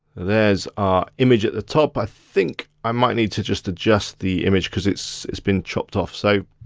there's our image at the top. i think i might need to just adjust the image. cause it's it's been chopped off. so